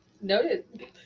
Noted